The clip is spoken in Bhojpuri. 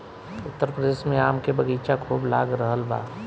उत्तर प्रदेश में आम के बगीचा खूब लाग रहल बा